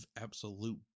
absolute